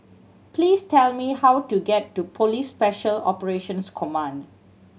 please tell me how to get to Police Special Operations Command